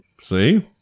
See